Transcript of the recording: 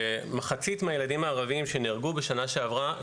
שמחצית מהילדים הערביים שנהרגו בשנה שעברה,